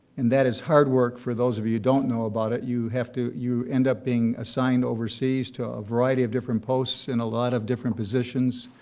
and that is hard work for those of you don't know about it. you have to you end up being assigned overseas to a variety of different posts in a lot of different positions,